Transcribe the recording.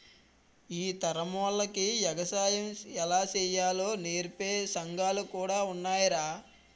ఈ తరమోల్లకి ఎగసాయం ఎలా సెయ్యాలో నేర్పే సంగాలు కూడా ఉన్నాయ్రా